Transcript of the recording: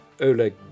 Oleg